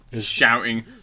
shouting